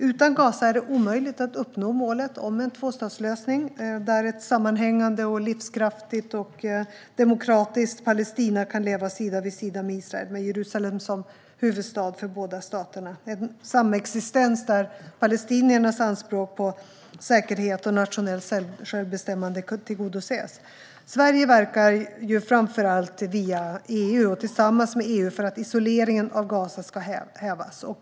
Utan Gaza är det omöjligt att uppnå målet om en tvåstatslösning där ett sammanhängande, livskraftigt och demokratiskt Palestina kan leva sida vid sida med Israel, med Jerusalem som huvudstad för båda staterna - en samexistens där palestiniernas anspråk på säkerhet och nationellt självbestämmande tillgodoses. Sverige verkar framför allt via och tillsammans med EU för att isoleringen av Gaza ska hävas.